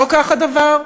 לא כך הדבר,